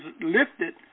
lifted